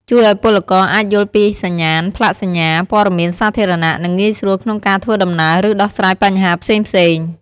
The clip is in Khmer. ជួយឱ្យពលករអាចយល់ពីសញ្ញាណ ផ្លាកសញ្ញា ព័ត៌មានសាធារណៈ និងងាយស្រួលក្នុងការធ្វើដំណើរ ឬដោះស្រាយបញ្ហាផ្សេងៗ។